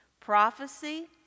Prophecy